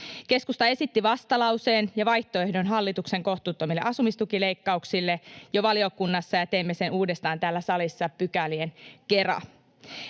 Keskusta esitti vastalauseen ja vaihtoehdon hallituksen kohtuuttomille asumistukileikkauksille jo valiokunnassa, ja teemme sen uudestaan täällä salissa pykälien kera.